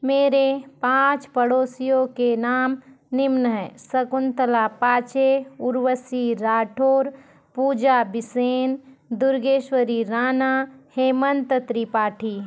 मेरे पाँच पड़ोसियों के नाम निम्न हैं शकुंतला पाचे उर्वशी राठौर पूजा बिसेन दुर्गेश्वरी राणा हेमंत त्रिपाठी